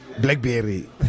Blackberry